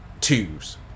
Twos